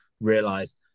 realize